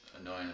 annoying